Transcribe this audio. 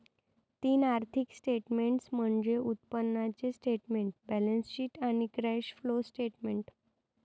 तीन आर्थिक स्टेटमेंट्स म्हणजे उत्पन्नाचे स्टेटमेंट, बॅलन्सशीट आणि कॅश फ्लो स्टेटमेंट